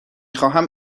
خواهم